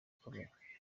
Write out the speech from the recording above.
ikomeye